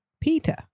peter